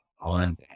on